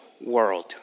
world